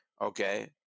Okay